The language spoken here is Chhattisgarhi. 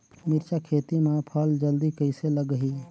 मिरचा खेती मां फल जल्दी कइसे लगही?